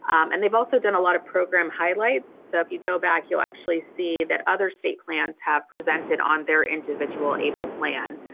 and they've also done a lot of program highlight so if you go back you'll actually see that other state plans have presented on their individual able plan.